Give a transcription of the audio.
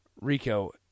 Rico